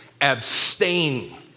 abstain